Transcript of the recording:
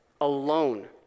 alone